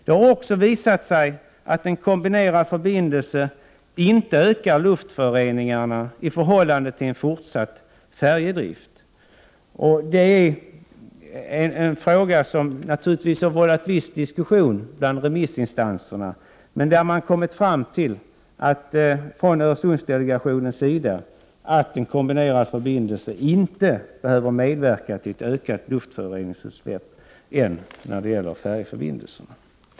Det har också visat sig att en kombinerad förbindelse inte ökar luftföroreningarna i förhållande till en fortsatt färjedrift. Den frågan har naturligtvis vållat viss diskussion bland remissinstanserna, men Öresundsdelegationen har kommit fram till att en kombinerad förbindelse inte behöver medverka till ett ökat luftföroreningsutsläpp än det som föranleds av färjeförbindelserna.